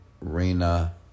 Rena